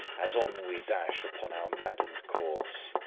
as on we dash upon our maddened course.